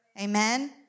amen